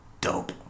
dope